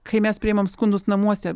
kai mes priimam skundus namuose